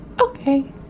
Okay